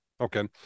okay